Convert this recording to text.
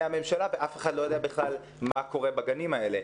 הממשלה ואף אחד לא יודע בכלל מה קורה בגנים האלה.